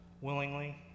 willingly